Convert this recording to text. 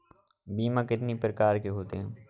बीमा कितनी प्रकार के होते हैं?